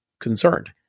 concerned